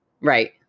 Right